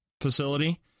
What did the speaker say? facility